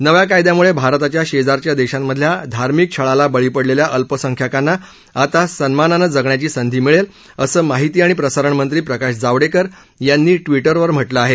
नव्या कायद्यामुळे भारताच्या शेजारच्या देशांमधल्या धार्मिक छळाला बळी पडलेल्या अल्पसंख्यांकांना आता सन्मानानं जगण्याची संधी मिळेल असं माहिती आणि प्रसारणमंत्री प्रकाश जावडेकर यांनी ट्विटरवर म्हटलं आहे